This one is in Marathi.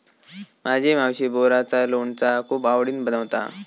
माझी मावशी बोराचा लोणचा खूप आवडीन बनवता